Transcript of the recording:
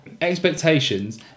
Expectations